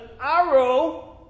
arrow